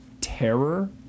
terror